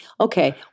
Okay